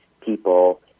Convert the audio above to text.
people